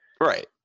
Right